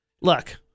Look